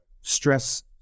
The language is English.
stress